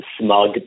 smug